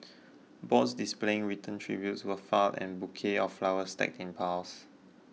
boards displaying written tributes were far and bouquets of flowers stacked in piles